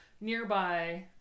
nearby